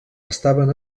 estaven